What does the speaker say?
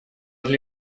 для